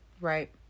right